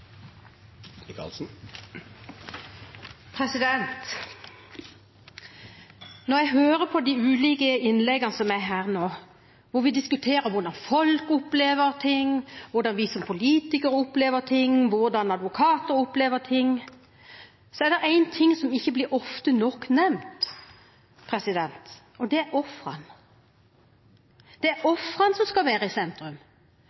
det. Når jeg hører på de ulike innleggene her nå, hvor vi diskuterer hvordan folk opplever ting, hvordan vi som politikere opplever ting, og hvordan advokater opplever ting, er det noen som ikke blir ofte nok nevnt, og det er ofrene. Det er